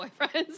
boyfriends